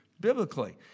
biblically